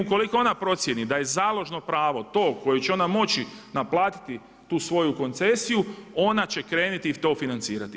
Ukoliko ona procijeni da je založno pravo to koje će ona moći naplatiti tu svoju koncesiju ona će krenuti to financirati.